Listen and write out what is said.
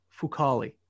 Fukali